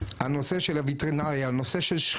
נושא של שחיטה,